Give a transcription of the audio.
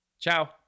Ciao